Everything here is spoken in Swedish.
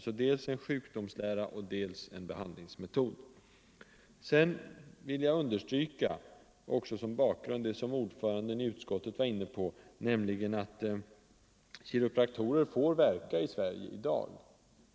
Som bakgrund vill jag också understryka — liksom utskottets ordförande — att kiropraktorer får verka i Sverige i dag.